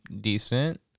decent